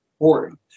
important